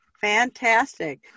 Fantastic